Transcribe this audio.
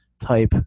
type